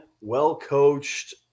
well-coached